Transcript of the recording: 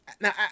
Now